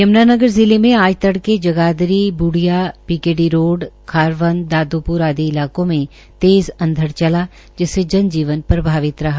यमुनानगर जिले में आज तड़के जगाधरी बूढिया बीकेडी रोड खारवन दादूपुर आदि इलाकों में तेज़ अंधड़ चला जिसे जन जीवन प्रभावित रहा